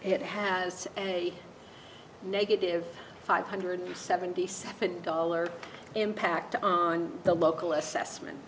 it has a negative five hundred seventy seven dollars impact on the local assessment